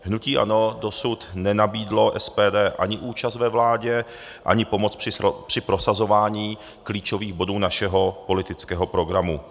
Hnutí ANO dosud nenabídlo SPD ani účast ve vládě, ani pomoc při prosazování klíčových bodů našeho politického programu.